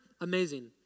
amazing